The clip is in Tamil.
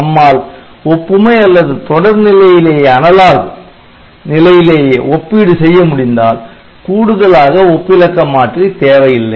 நம்மால் ஒப்புமை அல்லது தொடர் நிலையிலேயே ஒப்பீடு செய்ய முடிந்தால் கூடுதலாக ஒப்பிலக்க மாற்றி தேவை இல்லை